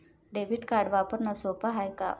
Debit card वापरणं सोप हाय का?